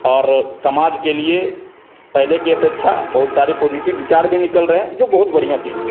और समाज के लिए पहले की अपेक्षा बहुत सारे पॉजिटिव विचार भी निकल रहे हैं जो बहुत बढ़िया चीज़ है